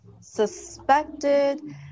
suspected